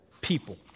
people